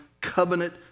covenant